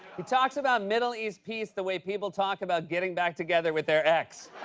he talks about middle east peace the way people talk about getting back together with their ex.